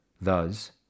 Thus